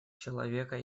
человека